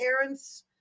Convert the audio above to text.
parents